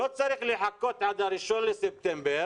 לא צריך לחכות עד ה-1 בספטמבר